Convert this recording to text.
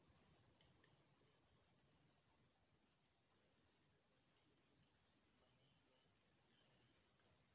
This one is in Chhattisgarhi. टेक्टर म बियासी करे के काम बरोबर नइ बने बर धरय गा